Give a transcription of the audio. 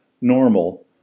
normal